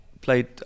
played